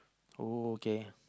oh okay